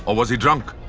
ah was he drunk?